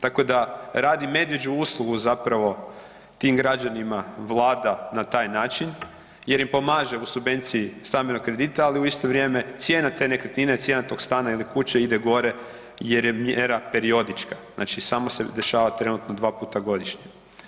Tako da radi medvjeđu uslugu zapravo tim građanima Vlada na taj način jer im pomaže u subvenciji stambenog kredita, ali u isto vrijeme cijena te nekretnine, cijena tog stana ili kuće ide gore jer je mjera periodička, znači samo se dešava trenutno dva puta godišnje.